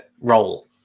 role